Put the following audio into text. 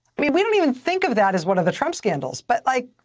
we we don't even think of that as one of the trump scandals, but, like,